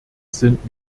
sind